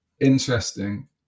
interesting